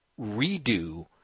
redo